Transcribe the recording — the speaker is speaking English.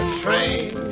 train